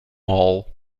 all